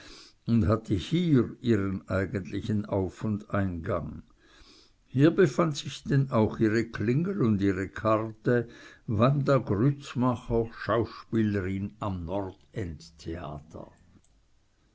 und hatte hier ihren eigentlichen auf und eingang hier befand sich denn auch ihre klingel und ihre karte wanda grützmacher schauspielerin am